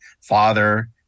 father